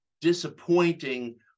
disappointing